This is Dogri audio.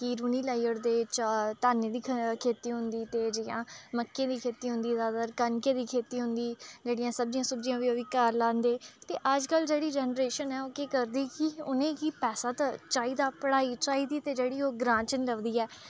कि रूह्नी लाई उड़दे जां धानै दी ख खेती होंदी ते जियां मक्कें दी खेती होंदी ज्यादातर कनकै दी खेती होंदी जेह्ड़ियां सब्ज़ियां सुब्ज़ियां ओह् बी घर लांदे ते अज्जकल जेह्ड़ी जनरेशन ऐ ओह् केह् करदी कि उनेंगी पैसा ते चाहिदा पढ़ाई चाहि्दी ते जेह्ड़ी ओह् ग्रांऽ च नी लभदी ऐ